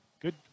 good